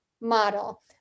model